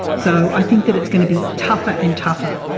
so i think that it's going to be tougher and tougher.